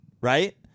right